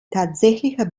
tatsächliche